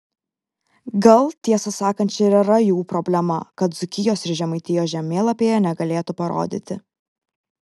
gal tiesą sakant čia ir yra jų problema kad dzūkijos ir žemaitijos žemėlapyje negalėtų parodyti